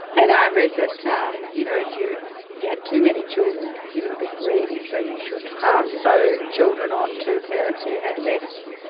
and i read that, um you know, if you you had too many children, considered a bit greedy, so you should pass. so, children on to parents who had less.